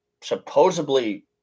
supposedly